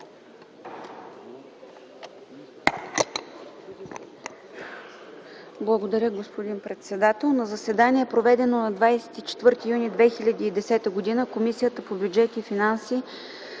Благодаря, господин председател. „На извънредно заседание, проведено на 23 юли 2010 г., Комисията по бюджет и финанси